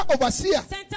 overseer